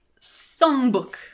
songbook